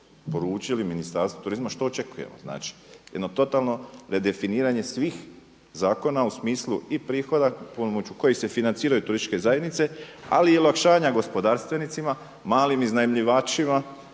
poručili Ministarstvu turizma što očekujemo. Znači jedno totalno redefiniranje svih zakona u smislu i prihoda pomoću kojih se financiraju turističke zajednice, ali i olakšanja gospodarstvenicima, malim iznajmljivačima,